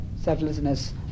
selflessness